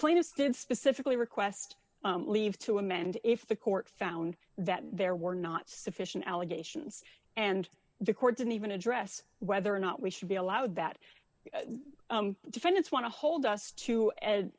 plaintiff didn't specifically request leave to amend if the court found that there were not sufficient allegations and the court didn't even address whether or not we should be allowed that defendants want to hold us to